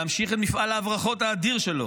להמשיך את מפעל ההברחות האדיר שלו.